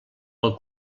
pel